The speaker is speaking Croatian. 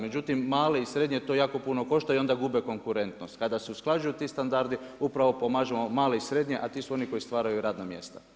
Međutim, male i srednje to jako puno košta i onda gube konkurentnost, kada se usklađuju ti standardi, upravo pomažemo male i srednje, a ti su oni koje stvaraju radna mjesta.